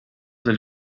del